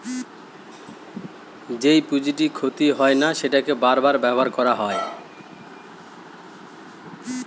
যেই পুঁজিটি ক্ষতি হয় না সেটাকে বার বার ব্যবহার করা হয়